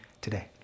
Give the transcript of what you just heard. today